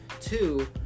Two